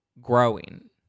growing